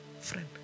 friend